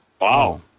Wow